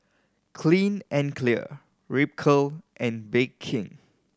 Clean and Clear Ripcurl and Bake King